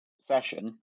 session